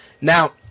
Now